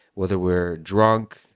whether we're drunk,